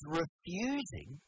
refusing